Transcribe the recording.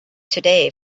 today